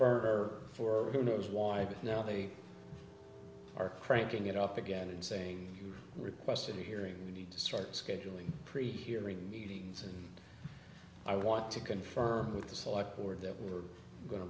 burner for who knows why but now they are cranking it up again and saying you requested the hearing you need to start scheduling pre hearing meetings and i want to confirm with the select forward that we're going to